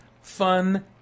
fun